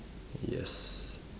yes